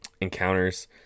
encounters